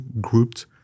grouped